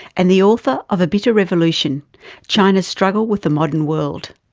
and the author of a bitter revolution china's struggle with the modern world.